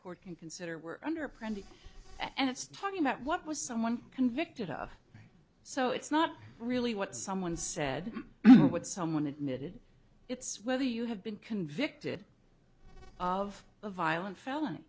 court can consider we're under pressure and it's talking about what was someone convicted of so it's not really what someone said would someone admitted it's whether you have been convicted of a violent felon